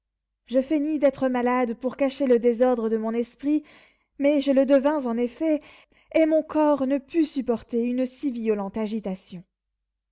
je feignis d'être malade pour cacher le désordre de mon esprit mais je le devins en effet et mon corps ne put supporter une si violente agitation